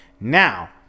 Now